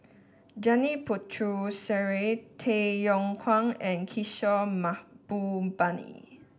Janil Puthucheary Tay Yong Kwang and Kishore Mahbubani